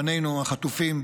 בנינו החטופים,